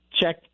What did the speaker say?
check